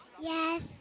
Yes